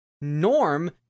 norm